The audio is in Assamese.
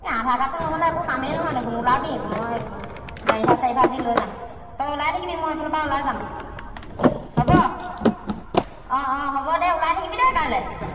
এই আধাৰ কাৰ্ডটো নহ'লে একো কামেই নহয় দেখোন ওলাবি মই গাড়ী ভাৰা চাৰি ভাৰা দি লৈ যাম তই ওলাই থাকিবি মই এইফালৰ পৰাা ওলাই যাম হ'ব অঁ অঁ হ'ব দেই ওলাই থাকিবি দেই কাইলে